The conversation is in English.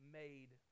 made